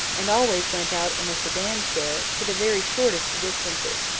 and always went out in a sedan-chair to the very shortest distances.